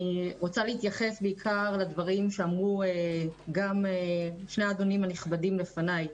אני רוצה להתייחס בעיקר לדברי שני האדונים הנכבדים לפניי.